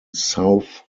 south